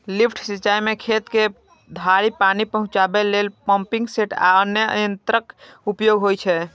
lift सिंचाइ मे खेत धरि पानि पहुंचाबै लेल पंपिंग सेट आ अन्य यंत्रक उपयोग होइ छै